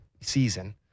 season